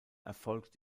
erfolgt